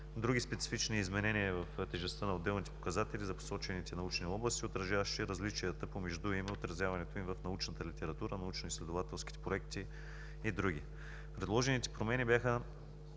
други специфични изменения в тежестта на отделните показатели за посочените научни области, отразяващи различията помежду им и отразяването им в научната литература, научноизследователските проекти и други. Предложените промени бяха